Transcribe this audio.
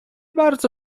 bardzo